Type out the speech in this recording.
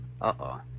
Uh-oh